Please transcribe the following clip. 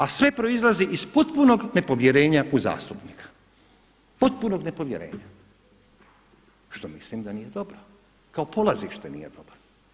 A sve proizlazi iz potpunog nepovjerenja u zastupnika, potpunog nepovjerenja što mislim da nije dobro, kao polazište nije dobro.